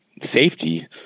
safety